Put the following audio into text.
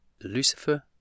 Lucifer